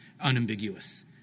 unambiguous